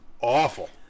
awful